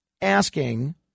asking